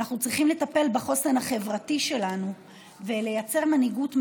אנחנו צריכים לטפל בחוסן החברתי שלנו ולייצר מנהיגות מאחדת,